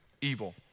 evil